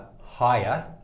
higher